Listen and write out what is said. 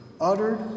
uttered